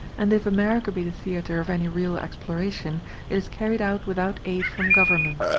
and if america be the theatre of any real exploration, it is carried out without aid from government.